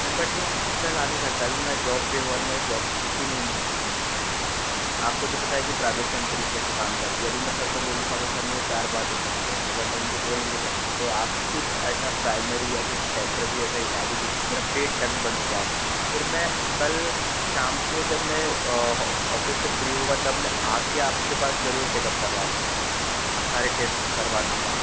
ma'am but मैं hospital आ नहीं सकता अभी मैं जॉब पर हूँ और मेरे जॉब से छुट्टी नहीं मिलती है आपको तो पता है कि प्राइवेट कम्पनीज़ कैसे काम करती है अभी मैं सर को बोलूँगा तो सर मुझे चार बातें सुना देंगे बट अब उनको बोल भी नहीं सकते तो आप कुछ ऐसा प्राइमरी या कुछ टेम्परेरी ऐसा इलाज हो जिससे मेरा पेट दर्द बंद हो जाए फिर मैं कल शाम को जब मैं ऑफ़िस से फ़्री होगा तब मैं आ कर आपके पास जरूर चेकअप करवा लूँगा सारे टेस्ट्स करवा लूँगा